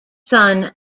son